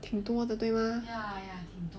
挺多的对吗